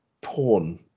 porn